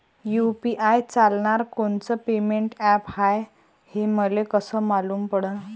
UPI चालणारं कोनचं payment app हाय, हे मले कस मालूम पडन?